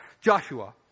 Joshua